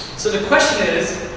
so the question is,